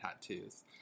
tattoos